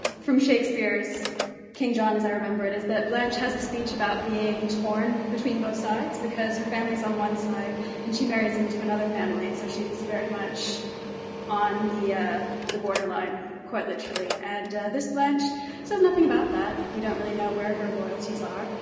from shakespeare's king john as i remember it is that blanche has a speech about being torn between both sides, because her family is on one side and she marries into another family, and so she's very much on the ah the borderline quite literally, and this blanche says nothing about that. we don't really know where her loyalties are.